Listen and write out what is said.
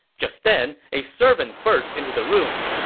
just then, a servant burst into the room.